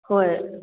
ꯍꯣꯏ